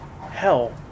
Hell